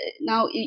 now